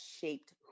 shaped